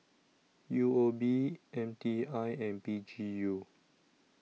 U O B M T I and P G U